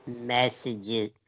messages